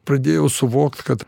pradėjau suvokt kad